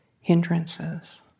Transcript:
hindrances